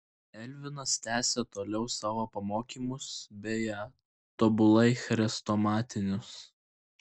elvinas tęsė toliau savo pamokymus beje tobulai chrestomatinius